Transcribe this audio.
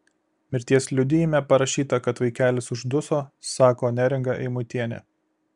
mirties liudijime parašyta kad vaikelis užduso sako neringa eimutienė